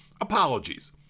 Apologies